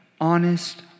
honest